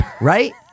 right